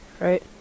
right